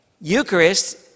Eucharist